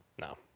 No